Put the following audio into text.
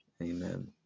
Amen